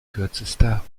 kürzester